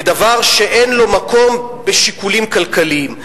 כדבר שאין לו מקום בשיקולים כלכליים.